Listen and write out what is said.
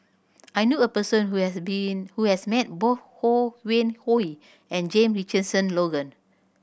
I knew a person who has being who has met both Ho Yuen Hoe and Jame Richardson Logan